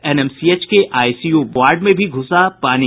NMCH के ICU ward में भी घुसा पानी